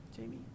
Jamie